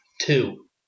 two